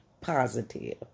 positive